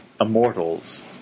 Immortals